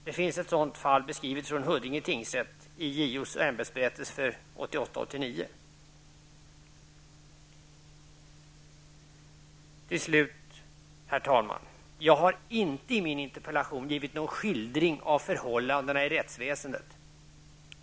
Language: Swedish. Det finns ett sådant fall från Till slut, herr talman, har jag i min interpellation inte givit någon skildring av förhållandena i rättsväsendet.